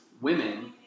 women